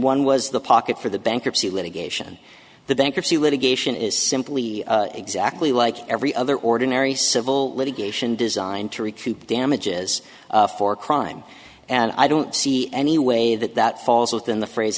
one was the pocket for the bankruptcy litigation the bankruptcy litigation is simply exactly like every other ordinary civil litigation designed to recoup damages for crime and i don't see any way that that falls within the phrase